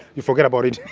you forget about it.